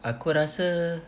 aku rasa